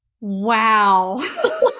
Wow